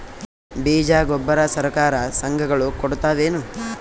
ಬೀಜ ಗೊಬ್ಬರ ಸರಕಾರ, ಸಂಘ ಗಳು ಕೊಡುತಾವೇನು?